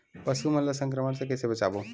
पशु मन ला संक्रमण से कइसे बचाबो?